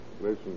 Listen